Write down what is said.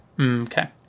Okay